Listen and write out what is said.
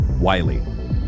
Wiley